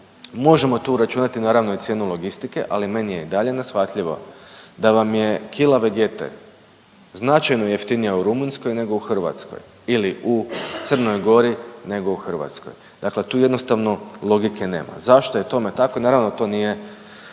možemo tu računati naravno i cijenu logistike ali meni je i dalje neshvatljivo da vam je kila Vegete značajno jeftinija u Rumunjskoj nego u Hrvatskoj ili u Crnoj Gori nego u Hrvatskoj. Dakle, tu jednostavno logike nema. Zašto je tome tako, naravno to nije